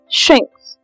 shrinks